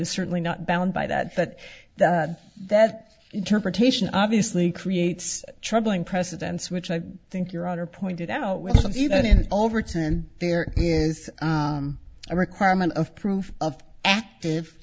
is certainly not bound by that but that that interpretation obviously creates troubling precedents which i think your honor pointed out with even overturn there is a requirement of proof of active